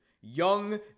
Young